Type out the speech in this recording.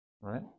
right